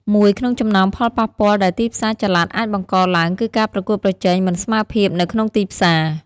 មួយក្នុងចំណោមផលប៉ះពាល់ដែលទីផ្សារចល័តអាចបង្កឡើង គឺការប្រកួតប្រជែងមិនស្មើភាពនៅក្នុងទីផ្សារ។